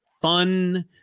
fun